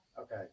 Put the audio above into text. okay